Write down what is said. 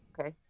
Okay